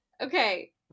okay